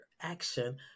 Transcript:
action